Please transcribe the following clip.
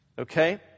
Okay